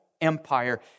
Empire